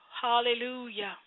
Hallelujah